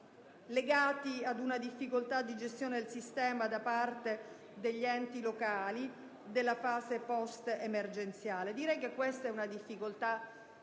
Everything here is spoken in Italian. legati ad una difficoltà di gestione del sistema da parte degli enti locali della fase *post-*emergenziale. Direi che questa è una difficoltà